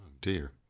dear